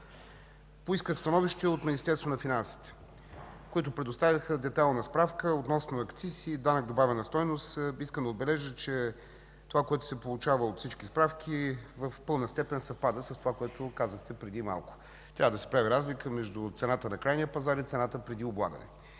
Поисках становище от Министерството на финансите, които предоставиха детайлна справка относно акциз и данък добавена стойност. Искам да отбележа, че това, което се получава от всички справки, в пълна степен съвпада с това, което казахте преди малко. Трябва да се прави разлика между цената на крайния пазар и цената преди облагане.